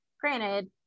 granted